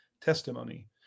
testimony